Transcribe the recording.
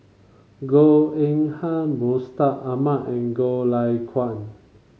Goh Eng Han Mustaq Ahmad and Goh Lay Kuan